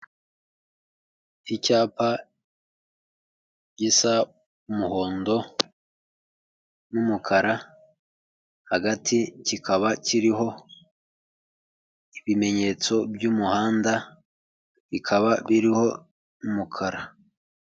Icyapa gisa umuhondo n'umukara hagati kikaba kiriho ibimenyetso by'umuhanda, bikaba biriho umukara.